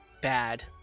bad